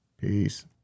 Peace